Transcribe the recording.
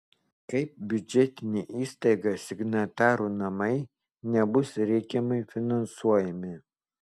kaip biudžetinė įstaiga signatarų namai nebus reikiamai finansuojami